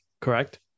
Correct